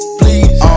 please